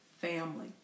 family